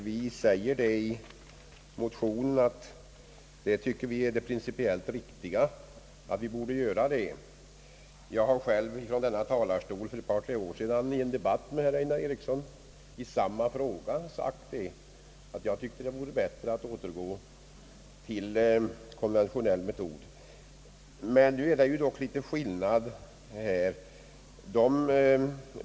Vi säger i motionen att detta vore principiellt riktigt, och jag har själv från denna talarstol i en debatt med herr Eriksson för ett par, tre år sedan i samma fråga förklarat att det skulle vara bättre att återgå till konventionell metod. Nu är det emellertid en liten skillnad här.